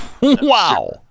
Wow